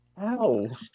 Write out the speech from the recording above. Ow